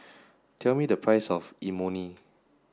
tell me the price of Imoni